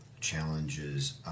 challenges